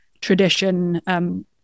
tradition